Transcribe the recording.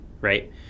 right